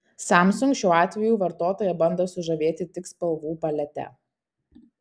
samsung šiuo atveju vartotoją bando sužavėti tik spalvų palete